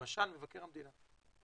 למשל מבקר המדינה,